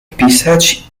pisać